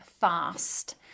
fast